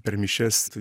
per mišias